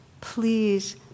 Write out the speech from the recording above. please